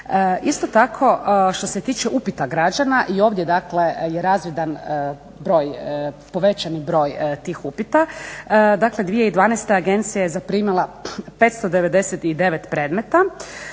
Isto tako što se tiče upita građana i ovdje dakle je razvidan povećan broj tih upita. Dakle 2012. Agencija je zaprimila 599 predmeta,